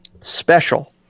special